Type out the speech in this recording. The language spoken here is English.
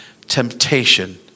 temptation